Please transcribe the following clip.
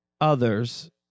others